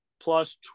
plus